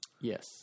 Yes